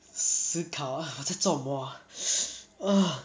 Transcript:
思考 ah 我在做什么 ah